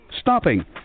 stopping